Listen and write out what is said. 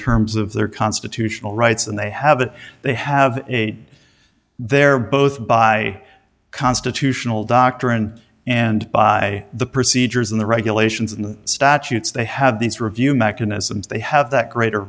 terms of their constitutional rights than they have and they have a they're both by constitutional doctrine and by the procedures in the regulations in the statutes they have these review mechanisms they have that greater